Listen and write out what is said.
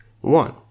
One